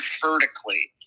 vertically